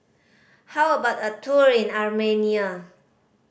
how about a tour in Armenia